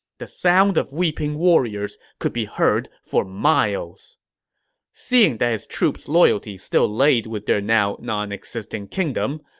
the sound of weeping warriors could be heard for miles seeing that his troops' loyalty still laid with their now nonexisting kingdom,